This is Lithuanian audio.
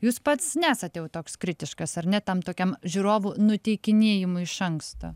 jūs pats nesate jau toks kritiškas ar ne tam tokiam žiūrovų nuteikinėjimui iš anksto